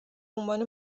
عنوان